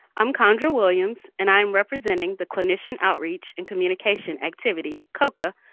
i'm kondra williams, and i'm representing the clinician outreach and communication activity, coca,